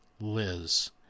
Liz